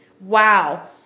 Wow